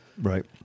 Right